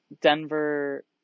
Denver